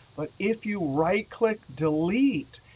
but if you right-click-delete,